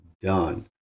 done